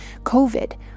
COVID